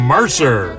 Mercer